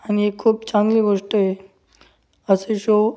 आणि एक खूप चांगली गोष्ट आहे असे शो